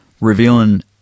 revealing